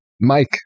Mike